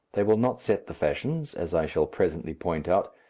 they will not set the fashions, as i shall presently point out,